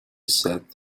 said